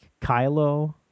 Kylo